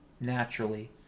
naturally